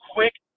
Quick